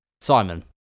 Simon